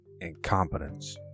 incompetence